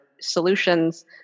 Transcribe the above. solutions